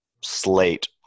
slate